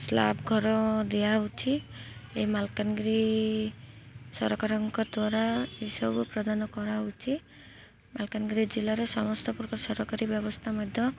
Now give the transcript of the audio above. slab ଘର ଦିଆହେଉଛି ଏହି ମାଲକାନଗିରି ସରକାରଙ୍କ ଦ୍ୱାରା ଏସବୁ ପ୍ରଦାନ କରାହେଉଛି ମାଲକାନଗିରି ଜିଲ୍ଲାର ସମସ୍ତ ପ୍ରକାର ସରକାରୀ ବ୍ୟବସ୍ଥା ମଧ୍ୟ